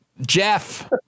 Jeff